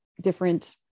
different